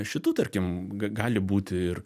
šitų tarkim gali būti ir